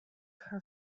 her